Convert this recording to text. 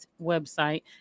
website